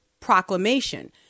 proclamation